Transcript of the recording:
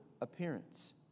appearance